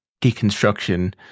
deconstruction